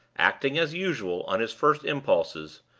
acting, as usual, on his first impulses,